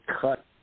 cut